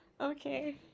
Okay